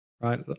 right